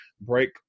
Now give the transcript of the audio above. break